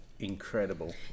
incredible